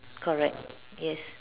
correct yes